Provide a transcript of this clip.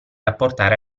apportare